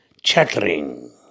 chattering